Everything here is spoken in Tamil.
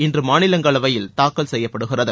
இன்று மாநிலங்களவையில் தாக்கல் செய்யப்படுகிறது